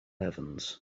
evans